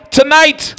tonight